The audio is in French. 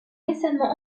récemment